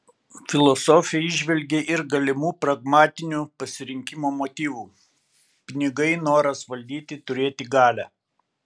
filosofė įžvelgė ir galimų pragmatinių pasirinkimo motyvų pinigai noras valdyti turėti galią